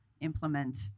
implement